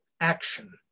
action